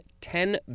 ten